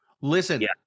listen